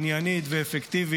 עניינית ואפקטיבית,